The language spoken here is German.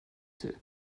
till